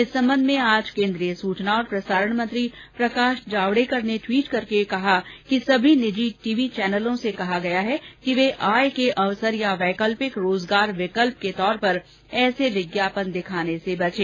इस संबंध में आज केन्द्रीय सूचना और प्रसारण मंत्री प्रकाश जावड़ेकर ने ट्वीट करके कहा कि सभी निजी टीवी चैनलों से कहा गया है कि वे आय के अवसर या वैकल्पिक रोजगार विकल्प के तौर पर ऐसे विज्ञापन दिखाने से बचें